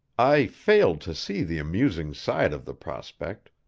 i failed to see the amusing side of the prospect.